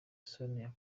sonia